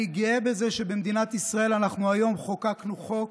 אני גאה בזה שבמדינת ישראל חוקקנו היום חוק